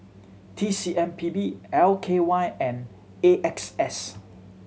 T C M P B L K Y and A X S